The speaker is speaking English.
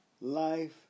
life